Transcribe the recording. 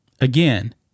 again